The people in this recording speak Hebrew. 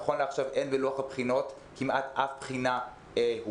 נכון לעכשיו אין בלוח הבחינות כמעט אף בחינה הומנית,